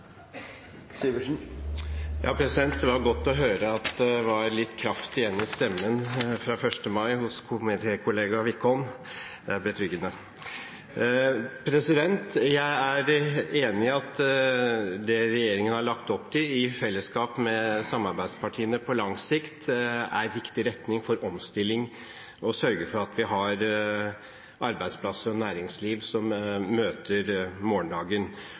Det var godt å høre at det var litt kraft igjen i stemmen til komitékollega Wickholm etter 1. mai – det er betryggende. Jeg er enig i at det – som regjeringen har lagt opp til, i fellesskap med samarbeidspartiene – på lang sikt er riktig retning for omstilling å sørge for at vi har arbeidsplasser og næringsliv som møter morgendagen.